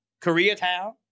Koreatown